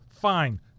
Fine